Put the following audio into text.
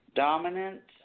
dominant